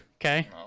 okay